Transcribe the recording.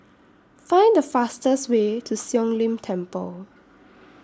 Find The fastest Way to Siong Lim Temple